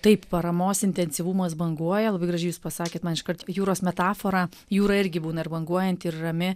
taip paramos intensyvumas banguoja labai gražiai jūs pasakėt man iškart jūros metafora jūra irgi būna ir banguojanti ir rami